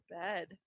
bed